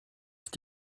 ist